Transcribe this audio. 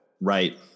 Right